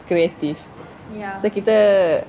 creative so kita